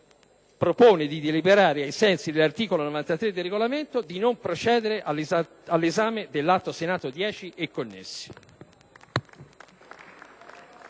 propone di deliberare, ai sensi dell'articolo 93 del Regolamento, di non procedere all'esame dell'Atto Senato n. 10 e connessi.